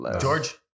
George